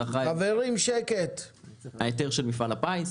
אחראי על ההיתר של מפעל הפיס.